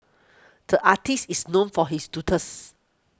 the artist is known for his doodles